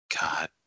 God